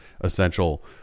Essential